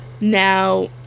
Now